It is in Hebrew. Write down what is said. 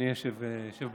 אדוני היושב בראש,